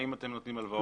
האם אתם נותנים הלוואות?